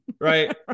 Right